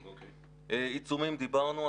עיצומים, דיברנו.